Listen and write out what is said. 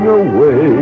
away